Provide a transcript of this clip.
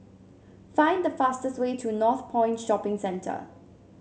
find the fastest way to Northpoint Shopping Center